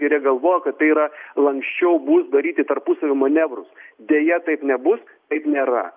ir jie galvoja kad yra lanksčiau bus daryti tarpusavio manevrus deja taip nebus taip nėra